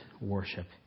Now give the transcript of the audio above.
worship